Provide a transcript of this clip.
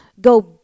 go